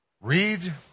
Read